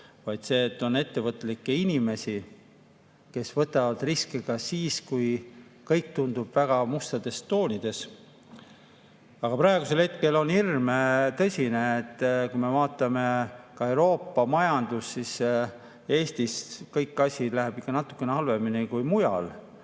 vaid sellest, et on ettevõtlikke inimesi, kes võtavad riske ka siis, kui kõik tundub [olevat] väga mustades toonides. Aga praegusel hetkel on hirm tõsine. Kui me vaatame Euroopa majandust, siis [näeme], et Eestis läheb kõik natukene halvemini kui mujal.